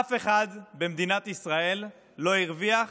אף אחד במדינת ישראל לא הרוויח